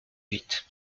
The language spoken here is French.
huit